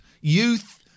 youth